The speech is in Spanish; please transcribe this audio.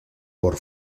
por